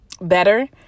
better